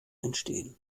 entstehen